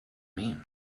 mean